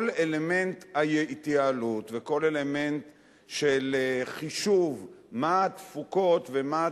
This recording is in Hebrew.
כל אלמנט ההתייעלות וכל האלמנט של חישוב מה התפוקות ומה התשומות,